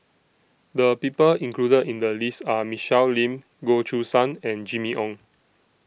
The People included in The list Are Michelle Lim Goh Choo San and Jimmy Ong